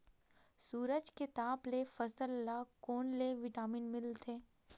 सूरज के ताप ले फसल ल कोन ले विटामिन मिल थे?